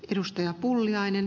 arvoisa puhemies